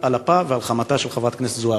על אפה ועל חמתה של חברת הכנסת זועבי.